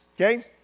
Okay